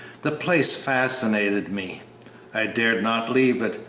the place fascinated me i dared not leave it,